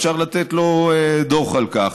אפשר לתת לו דוח על כך,